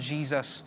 Jesus